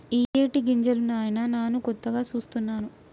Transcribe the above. ఇయ్యేటి గింజలు నాయిన నాను కొత్తగా సూస్తున్నాను